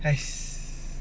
yes